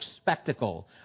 spectacle